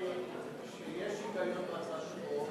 האמירה היא שיש התדיינות לגבי ההצעה שלו.